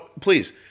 please